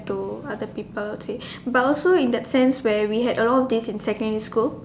to other people age but also in that sense where we had a lot of these in secondary school